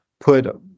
put